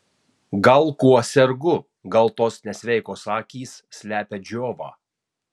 gal kuo sergu gal tos nesveikos akys slepia džiovą